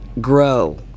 grow